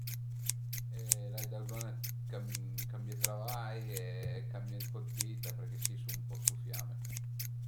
L'ai da buzugn dë cambié travai e cambié ën po dë vita, perché si sun ën po stufiame